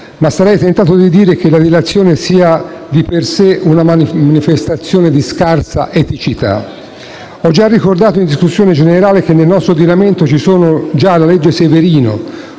ma sarei tentato di dire che la delazione sia di per sé una manifestazione di scarsa eticità. Ho già ricordato in discussione generale che nel nostro ordinamento ci sono già la legge Severino,